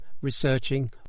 researching